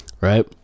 right